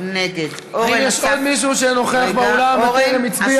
נגד יש עוד מישהו שנוכח באולם וטרם הצביע?